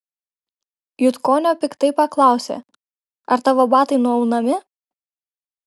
jutkonio piktai paklausė ar tavo batai nuaunami